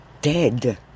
Dead